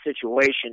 situation